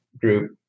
group